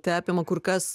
tai apima kur kas